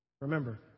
Remember